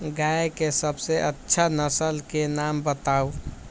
गाय के सबसे अच्छा नसल के नाम बताऊ?